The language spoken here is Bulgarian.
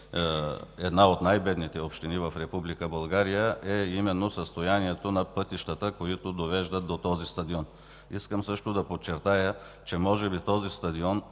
една от най-бедните общини в Република България е именно състоянието на пътищата, които довеждат до този стадион. Искам също да подчертая, че този стадион